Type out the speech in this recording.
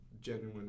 Genuine